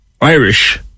Irish